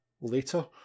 later